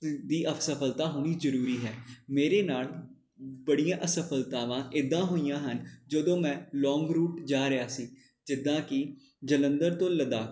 ਦੀ ਅਸਫ਼ਲਤਾ ਹੋਣੀ ਜ਼ਰੂਰੀ ਹੈ ਮੇਰੇ ਨਾਲ ਬੜੀਆਂ ਅਸਫਲਤਾਵਾਂ ਇੱਦਾਂ ਹੋਈਆਂ ਹਨ ਜਦੋਂ ਮੈਂ ਲੋਂਗ ਰੂਟ ਜਾ ਰਿਹਾ ਸੀ ਜਿੱਦਾਂ ਕਿ ਜਲੰਧਰ ਤੋਂ ਲੱਦਾਖ